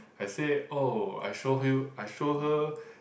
I say oh I show you I show her